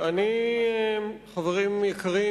חברים יקרים,